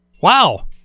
Wow